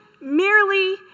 merely